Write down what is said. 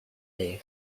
leigh